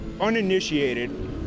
uninitiated